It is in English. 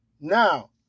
Now